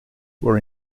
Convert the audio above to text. were